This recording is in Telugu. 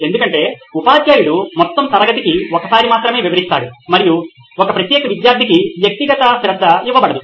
ఎందుకంటే ఉపాధ్యాయుడు మొత్తం తరగతికి ఒకసారి మాత్రమే వివరిస్తాడు మరియు ఒక ప్రత్యేక విద్యార్థికి వ్యక్తిగత శ్రద్ధ ఇవ్వబడదు